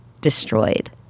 destroyed